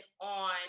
on